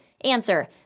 Answer